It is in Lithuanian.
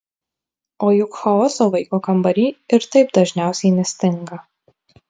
o juk chaoso vaiko kambary ir taip dažniausiai nestinga